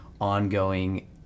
ongoing